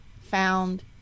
found